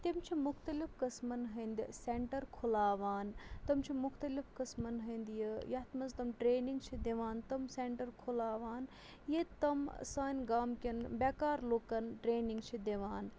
تِم چھِ مُختلِف قٕسمَن ہٕنٛدِ س۪نٹَر کھُلاوان تِم چھِ مُختلف قٕسمَن ہٕنٛدۍ یہِ یَتھ منٛز تِم ٹرٛینِنٛگ چھِ دِوان تِم سینٹَر کھُلاوان ییٚتہِ تِم سانہِ گامکٮ۪ن بیکار لُکَن ٹرٛینِنٛگ چھِ دِوان